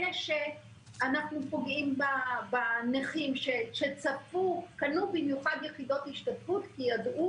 אנחנו פוגעים בנכים שקנו במיוחד יחידות השתתפות כי ידעו